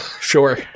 Sure